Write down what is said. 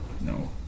No